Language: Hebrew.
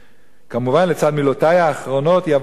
כמובן לצד מילותי האחרונות: יבוא יום,